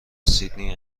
سیدنی